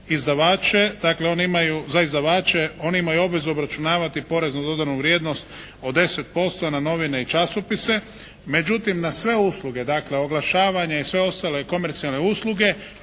izdavače. Dakle oni imaju obvezu obračunavati porez na dodanu vrijednost od 105 na novine i časopise. Međutim na sve usluge, dakle oglašavanje i sve ostale komercijalne usluge